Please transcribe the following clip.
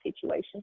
situation